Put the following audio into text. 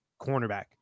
cornerback